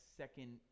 second